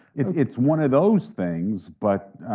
it's it's one of those things, but